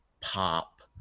pop